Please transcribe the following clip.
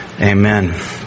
Amen